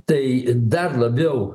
tai dar labiau